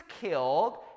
killed